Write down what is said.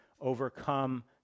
overcome